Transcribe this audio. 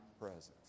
presence